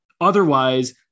Otherwise